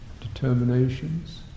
determinations